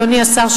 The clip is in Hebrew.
אדוני השר,